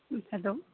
hello